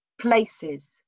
places